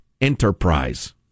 enterprise